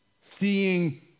Seeing